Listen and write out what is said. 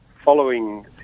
following